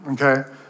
okay